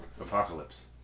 Apocalypse